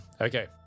Okay